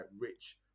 rich